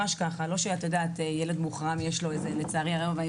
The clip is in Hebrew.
לצערי הרב,